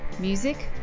music